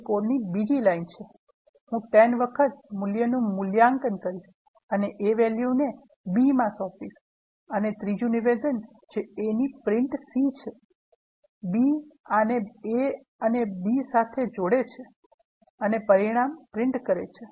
હું 10 વખતના મૂલ્યનું મૂલ્યાંકન કરીશ અને એ વેલ્યુને b મા સોંપીશ અને ત્રીજુ નિવેદન જે a ની પ્રિન્ટ સી છે b આને a અને b સાથે જોડે છે અને પરિણામ પ્રિન્ટ કરે છે